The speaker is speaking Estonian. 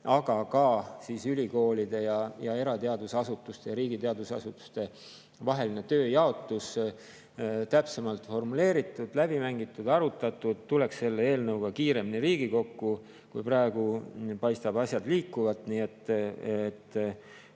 aga ka ülikoolide ja erateadusasutuste ja riigi teadusasutuste vaheline tööjaotus täpsemalt formuleeritud, läbi mängitud, arutatud, kiiremini Riigikokku, kui praegu paistavad asjad liikuvat. Nii et